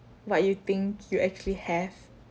what you think you actually have